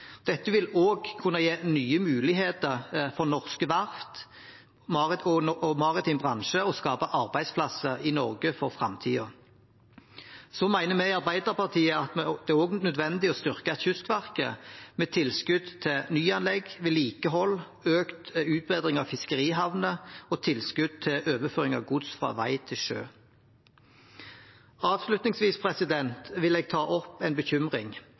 Dette vil også kunne gi nye muligheter for norske verft og maritim bransje og skape arbeidsplasser i Norge for framtiden. Så mener vi i Arbeiderpartiet at det også er nødvendig å styrke Kystverket med tilskudd til nyanlegg, vedlikehold, økt utbedring av fiskerihavner og tilskudd til overføring av gods fra vei til sjø. Avslutningsvis vil jeg ta opp en bekymring.